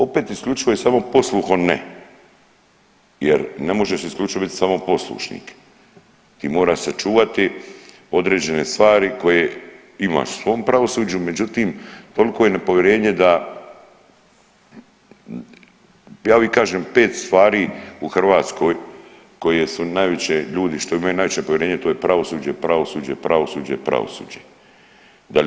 Opet isključivo i samo posluhom ne jer ne može se isključivo biti samo poslušnik, ti moraš sačuvati određene stvari koje imaš u svom pravosuđu, međutim toliko je nepovjerenje da ja uvijek kažem pet stvari u Hrvatskoj koje su najveće, ljudi što imaju najveće povjerenje to je pravosuđe, pravosuđe, pravosuđe, pravosuđe, pravosuđe.